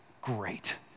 great